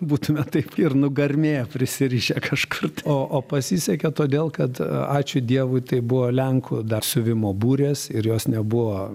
būtume taip ir nugarmėję prisirišę kažkur tai o o pasisekė todėl kad ačiū dievui tai buvo lenkų dar siuvimo burės ir jos nebuvo